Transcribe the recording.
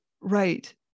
right